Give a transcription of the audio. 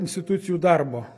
institucijų darbo